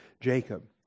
Jacob